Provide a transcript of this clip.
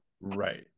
Right